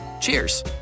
Cheers